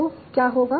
तो क्या होगा